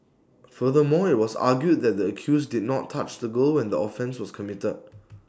furthermore IT was argued that the accused did not touch the girl when the offence was committed